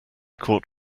caught